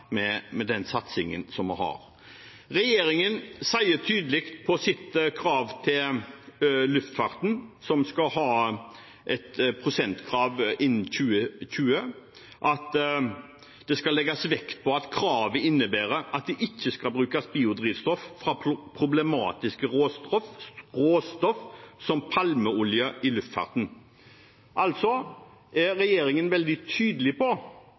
med den satsingen vi har. Regjeringen sier tydelig i sitt krav til luftfarten – som skal ha et prosentkrav innen 2020 – at det skal legges vekt på at kravet innebærer at det ikke skal brukes biodrivstoff fra problematiske råstoff, som palmeolje, i luftfarten. Altså er regjeringen veldig tydelig på